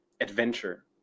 adventure